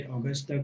August